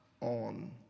on